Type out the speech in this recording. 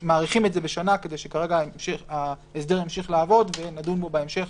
אנחנו מאריכים את זה בשנה כדי שכרגע ההסדר ימשיך לעבוד ונדון בו בהמשך,